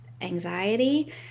anxiety